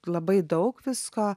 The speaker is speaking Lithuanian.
labai daug visko